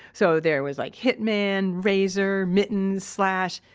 so there was like hitman razor, mittens, slash,